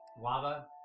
lava